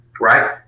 right